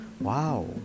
Wow